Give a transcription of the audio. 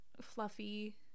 fluffy